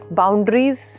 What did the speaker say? boundaries